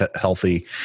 healthy